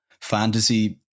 fantasy